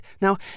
Now